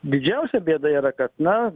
didžiausia bėda yra kad na